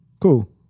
cool